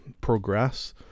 progress